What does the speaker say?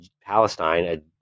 Palestine